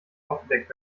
aufgedeckt